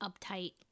uptight